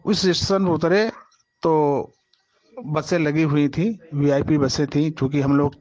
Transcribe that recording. उस स्टेशन पर उतरे तो बसें लगी हुई थी वी आई पी बसें थी चूँकि हम लोग